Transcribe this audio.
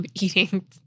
eating